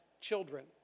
children